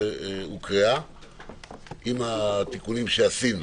עם התיקונים שעשינו.